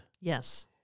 yes